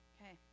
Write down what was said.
Okay